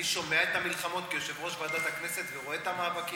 אני שומע את המלחמות כיושב-ראש ועדת הכנסת ורואה את המאבקים.